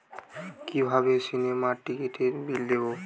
কিভাবে সিনেমার টিকিটের বিল দেবো?